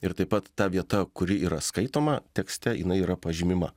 ir taip pat ta vieta kuri yra skaitoma tekste jinai yra pažymima